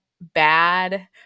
bad